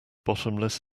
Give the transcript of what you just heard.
bottomless